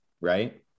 Right